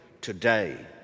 today